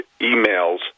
emails